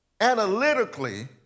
analytically